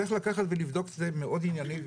צריך לקחת ולבדוק את זה מאוד ענייני,